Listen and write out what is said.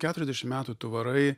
keturiasdešim metų tu varai